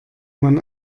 man